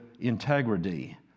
integrity